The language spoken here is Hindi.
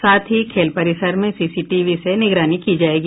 साथ ही खेल परिसर में सीसीटीवी से निगरानी की जायेगी